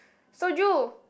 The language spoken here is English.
soju